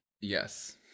Yes